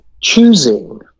choosing